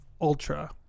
Ultra